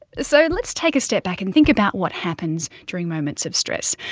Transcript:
so let's take a step back and think about what happens during moments of stress.